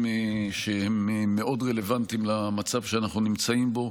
שהם מאוד רלוונטיים למצב שאנחנו נמצאים בו: